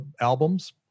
albums